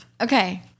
Okay